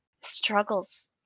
struggles